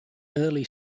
early